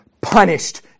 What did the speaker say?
punished